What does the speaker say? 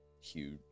huge